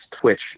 twitch